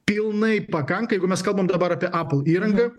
pilnai pakanka jeigu mes kalbam dabar apple įranga